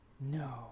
No